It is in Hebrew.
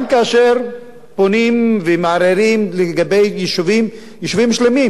גם כאשר פונים ומערערים לגבי יישובים שלמים